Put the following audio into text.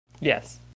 Yes